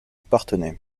parthenay